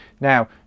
now